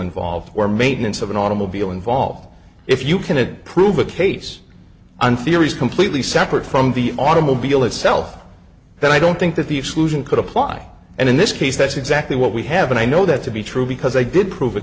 involved or maintenance of an automobile involved if you can it prove a case on theories completely separate from the automobile itself then i don't think that the exclusion could apply and in this case that's exactly what we have and i know that to be true because i did prove a